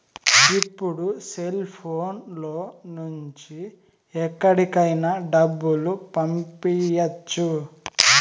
ఇప్పుడు సెల్ఫోన్ లో నుంచి ఎక్కడికైనా డబ్బులు పంపియ్యచ్చు